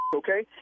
okay